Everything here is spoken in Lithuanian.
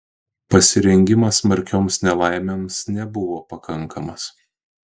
pasirengimas smarkioms nelaimėms nebuvo pakankamas